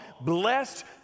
Blessed